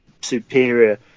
superior